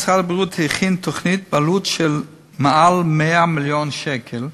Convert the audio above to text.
משרד הבריאות הכין תוכנית בעלות של יותר מ-100 מיליון שקל,